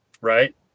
right